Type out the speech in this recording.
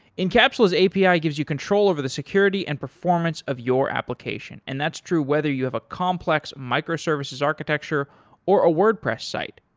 incapsula's api ah gives you control over the security and performance of your application and that's true whether you have a complex micro-services architecture or a wordpress site,